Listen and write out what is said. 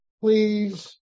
please